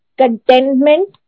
contentment